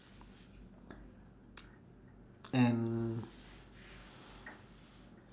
and